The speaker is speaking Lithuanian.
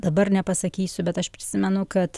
dabar nepasakysiu bet aš prisimenu kad